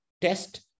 test